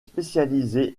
spécialisé